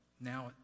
now